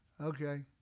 okay